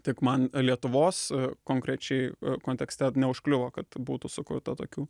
tik man lietuvos konkrečiai kontekste neužkliuvo kad būtų sukurta tokių